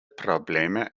probleme